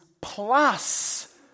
plus